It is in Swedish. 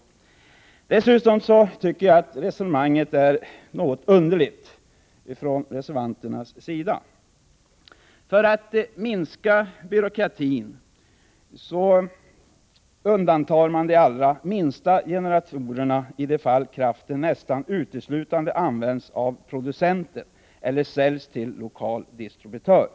Dessutom tycker jag att reservanternas resonemang är något underligt. För att minska byråkratin undantar man de allra minsta generatorerna i de fall kraften nästan uteslutande används av producenten eller säljs till lokal distributör.